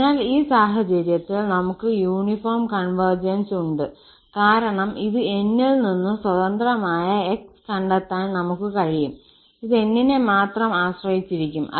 അതിനാൽ ഈ സാഹചര്യത്തിൽ നമ്മൾക്ക് യൂണിഫോം കോൺവെർജൻസ് ഉണ്ട് കാരണം ഇത് 𝑁 ൽ നിന്ന് സ്വതന്ത്രമായ x കണ്ടെത്താൻ നമ്മൾക്ക് കഴിയും ഇത് N നെ മാത്രം ആശ്രയിച്ചിരിക്കും